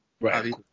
Right